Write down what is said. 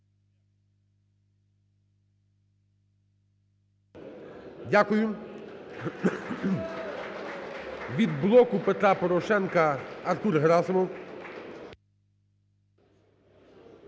Дякую. Від "Блоку Петра Порошенка" Артур Герасимов.